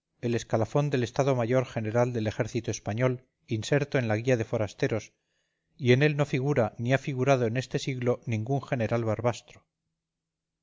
los ojos el escalafón del estado mayor general del ejército español inserto en la guía de forasteros y en él no figura ni ha figurado en este siglo ningún general